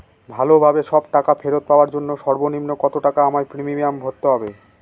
ভালোভাবে সব টাকা ফেরত পাওয়ার জন্য সর্বনিম্ন কতটাকা আমায় প্রিমিয়াম ভরতে হবে?